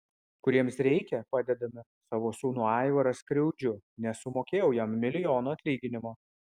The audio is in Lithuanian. kuriems reikia padedame savo sūnų aivarą skriaudžiu nesumokėjau jam milijono atlyginimo